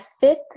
fifth